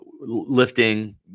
lifting